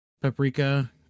Paprika